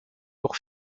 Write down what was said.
pour